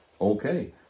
okay